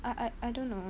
I I I don't know